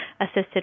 assisted